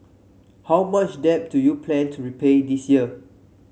how much debt do you plan to repay this year